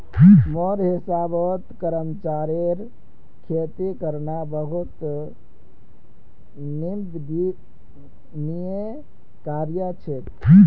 मोर हिसाबौत मगरमच्छेर खेती करना बहुत निंदनीय कार्य छेक